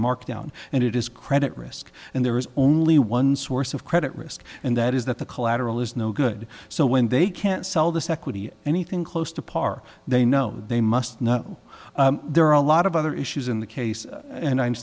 mark down and it is credit risk and there is only one source of credit risk and that is that the collateral is no good so when they can't sell this equity anything close to par they know they must know there are a lot of other issues in the case and i'm